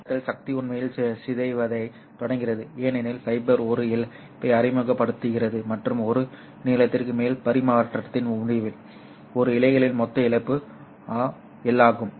இந்த கட்டத்தில் சக்தி உண்மையில் சிதைவடையத் தொடங்குகிறது ஏனெனில் ஃபைபர் ஒரு இழப்பை அறிமுகப்படுத்துகிறது மற்றும் ஒரு நீளத்திற்கு மேல் பரிமாற்றத்தின் முடிவில் l இழைகளின் மொத்த இழப்பு αf ஆகும்